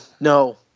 no